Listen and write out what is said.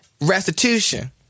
restitution